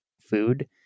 food